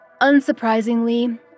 Unsurprisingly